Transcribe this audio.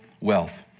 wealth